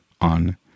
on